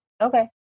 Okay